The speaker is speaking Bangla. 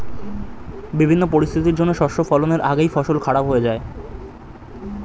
বিভিন্ন পরিস্থিতির জন্যে শস্য ফলনের আগেই ফসল খারাপ হয়ে যায়